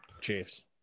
chiefs